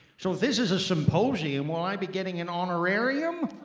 so if this is a symposium will i be getting an honorarium?